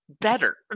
better